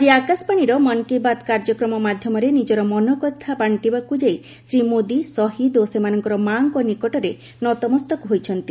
ଆଜି ଆକାଶବାଣୀର ମନ୍ କୀ ବାତ୍ କାର୍ଯ୍ୟକ୍ରମ ମାଧ୍ୟମରେ ନିଜର ମନ କଥା ବାଣ୍ଟିବାକୁ ଯାଇ ଶ୍ରୀ ମୋଦି ଶହୀଦ୍ ଓ ସେମାନଙ୍କର ମା'ଙ୍କ ନିକଟରେ ନତମସ୍ତକ ହୋଇଛନ୍ତି